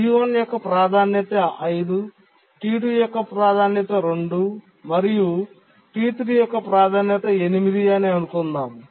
T1 యొక్క ప్రాధాన్యత 5 T2 యొక్క ప్రాధాన్యత 2 మరియు T3 యొక్క ప్రాధాన్యత 8 అని అనుకుందాం